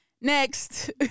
next